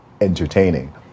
entertaining